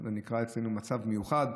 שנקרא אצלנו מצב מיוחד,